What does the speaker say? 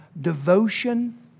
devotion